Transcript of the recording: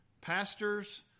Pastors